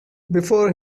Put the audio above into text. before